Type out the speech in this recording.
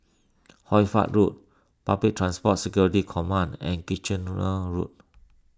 Hoy Fatt Road Public Transport Security Command and Kitchener Road